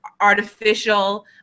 artificial